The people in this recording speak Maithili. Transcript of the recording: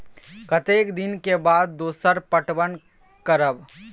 कतेक दिन के बाद दोसर पटवन करब?